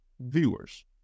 viewers